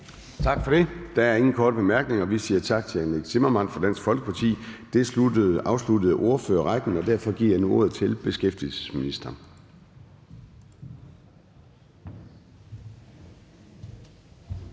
Gade): Der er ingen korte bemærkninger. Vi siger tak til hr. Nick Zimmermann fra Dansk Folkeparti. Det afsluttede ordførerrækken. Derfor giver jeg nu ordet til beskæftigelsesministeren.